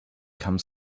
come